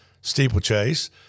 steeplechase